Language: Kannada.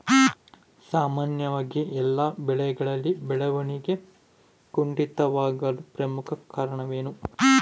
ಸಾಮಾನ್ಯವಾಗಿ ಎಲ್ಲ ಬೆಳೆಗಳಲ್ಲಿ ಬೆಳವಣಿಗೆ ಕುಂಠಿತವಾಗಲು ಪ್ರಮುಖ ಕಾರಣವೇನು?